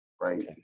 right